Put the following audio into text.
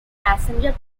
passenger